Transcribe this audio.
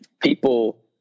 People